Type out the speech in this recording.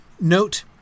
Note